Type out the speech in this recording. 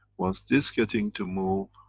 once this getting to move,